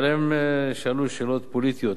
אבל הם שאלו שאלות פוליטיות,